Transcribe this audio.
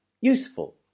useful